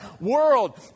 world